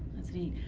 that's neat.